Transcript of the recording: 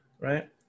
right